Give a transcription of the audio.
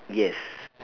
yes